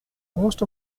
most